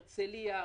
הרצליה,